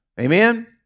Amen